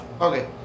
Okay